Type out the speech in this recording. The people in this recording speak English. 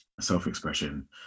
self-expression